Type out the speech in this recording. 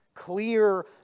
clear